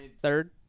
Third